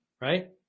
right